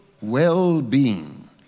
well-being